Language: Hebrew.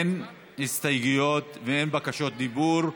אין הסתייגויות ואין בקשות דיבור,